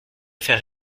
faire